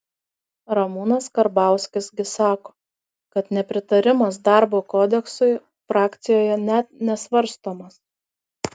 ramūnas karbauskis gi sako kad nepritarimas darbo kodeksui frakcijoje net nesvarstomas